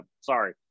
Sorry